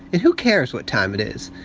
and who cares what time it is?